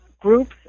groups